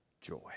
joy